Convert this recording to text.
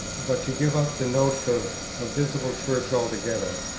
but to give up the notes of a visible church altogether,